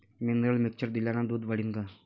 Mineral mixture दिल्यानं दूध वाढीनं का?